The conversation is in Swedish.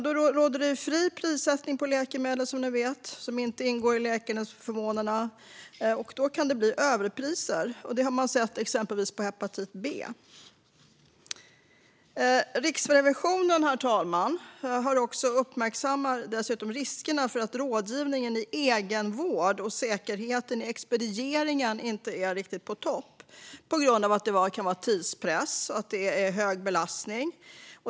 Det råder som ni vet fri prissättning på läkemedel som inte ingår i läkemedelsförmånerna. Då kan det bli överpriser. Det har man sett på mediciner för exempelvis hepatit B. Herr talman! Riksrevisionen uppmärksammar dessutom riskerna för att rådgivningen i egenvården och säkerheten i expedieringen inte är på topp. Det kan bero på tidspress och hög belastning.